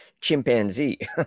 chimpanzee